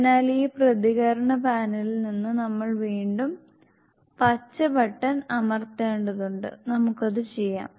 അതിനാൽ ഈ പ്രതികരണ പാനലിൽ നിന്ന് നമ്മൾ വീണ്ടും പച്ച ബട്ടൺ അമർത്തേണ്ടതുണ്ട് നമുക്കത് ചെയ്യാം